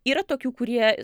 yra tokių kurie